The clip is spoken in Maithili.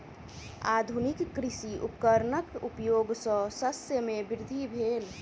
आधुनिक कृषि उपकरणक उपयोग सॅ शस्य मे वृद्धि भेल